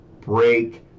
break